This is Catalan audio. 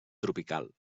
tropical